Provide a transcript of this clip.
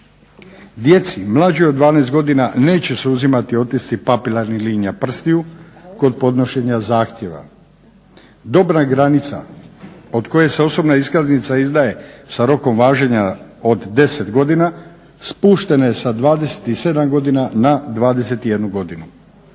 Djeci mlađoj od 12 godina neće se uzimati otisci papilarnih linija prstiju kod podnošenja zahtjeva. Dobna granica od koje se osobna iskaznica izdaje sa rokom važenja od 10 godina spuštena je sa 27 godina na 21 godinu.